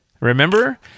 Remember